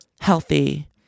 healthy